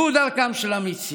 זו דרכם של אמיצים.